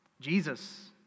Jesus